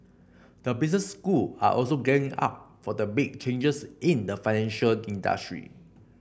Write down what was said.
the business school are also gearing up for the big changes in the financial industry